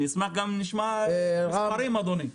אני אשמח גם אם נשמע מספרים אדוני.